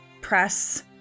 press